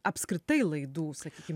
apskritai laidų sakykim